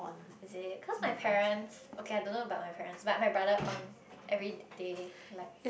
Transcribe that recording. is it cause my parents okay I don't know about my parents but my brother on everyday like